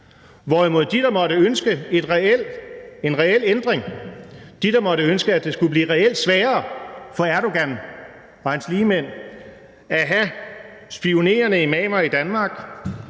hvorimod de, der måtte ønske en reel ændring, de, der måtte ønske, at det skulle blive reelt sværere for Erdogan og hans ligemænd at have spionerende imamer i Danmark,